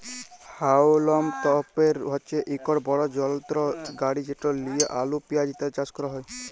হাউলম তপের হছে ইকট বড় যলত্র গাড়ি যেট লিঁয়ে আলু পিয়াঁজ ইত্যাদি চাষ ক্যরা হ্যয়